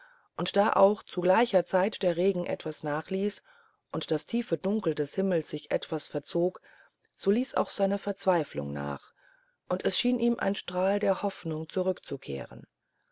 und da auch zu gleicher zeit der regen etwas nachließ und das tiefe dunkel des himmels sich etwas verzog so ließ auch seine verzweiflung nach und es schien ihm ein strahl der hoffnung zurückzukehren